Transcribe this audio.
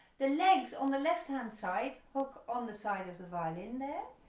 the legs on the left-hand side hook on the side of the violin there,